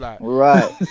Right